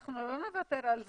אנחנו לא נוותר על זה,